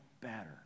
better